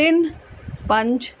ਤਿੰਨ ਪੰਜ